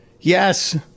yes